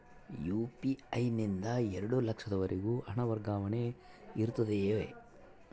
UPI ನಿಂದ ಎರಡು ಲಕ್ಷದವರೆಗೂ ಹಣ ವರ್ಗಾವಣೆ ಇರುತ್ತದೆಯೇ?